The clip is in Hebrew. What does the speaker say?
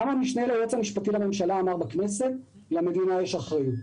גם המשנה ליועץ המשפטי לממשלה אמר בכנסת: למדינה יש אחריות.